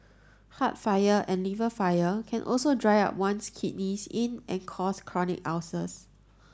heart fire and liver fire can also dry up one's kidney yin and cause chronic ulcers